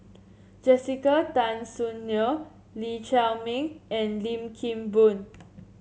Jessica Tan Soon Neo Lee Chiaw Meng and Lim Kim Boon